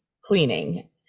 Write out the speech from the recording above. cleaning